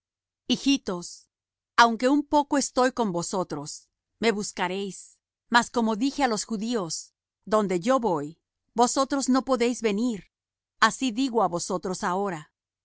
hijitos aun un poco estoy con vosotros me buscaréis mas como dije á los judíos donde yo voy vosotros no podéis venir así digo á vosotros ahora